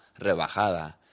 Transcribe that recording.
rebajada